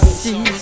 see